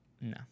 No